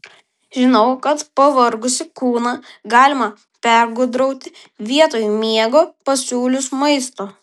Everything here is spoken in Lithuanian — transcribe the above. žinau kad pavargusį kūną galima pergudrauti vietoj miego pasiūlius maisto